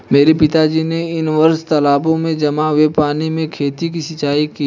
मेरे पिताजी ने इस वर्ष तालाबों में जमा हुए पानी से खेतों की सिंचाई की